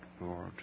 Lord